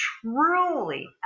truly